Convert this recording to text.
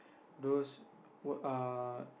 those what uh